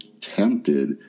tempted